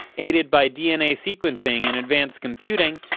aided by dna sequencing and advanced computing,